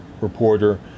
reporter